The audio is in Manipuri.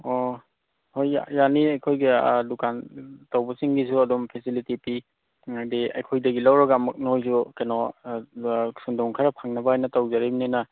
ꯑꯣ ꯍꯣꯏ ꯌꯥꯅꯤ ꯑꯩꯈꯣꯏꯒꯤ ꯗꯨꯀꯥꯟ ꯇꯧꯕ ꯁꯤꯡꯒꯤꯁꯨ ꯑꯗꯨꯝ ꯐꯦꯁꯤꯂꯤꯇꯤ ꯄꯤ ꯍꯥꯏꯗꯤ ꯑꯩꯈꯣꯏꯗꯒꯤ ꯂꯧꯔꯒ ꯑꯃꯨꯛ ꯅꯣꯏꯁꯨ ꯀꯩꯅꯣ ꯁꯦꯟꯗꯣꯡ ꯈꯔ ꯐꯪꯅꯕ ꯍꯥꯏꯅ ꯇꯧꯖꯔꯕꯅꯤꯅ